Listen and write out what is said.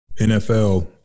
NFL